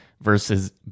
versus